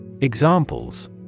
Examples